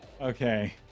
Okay